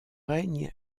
règne